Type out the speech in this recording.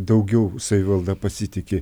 daugiau savivalda pasitiki